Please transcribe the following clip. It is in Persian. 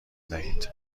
دهید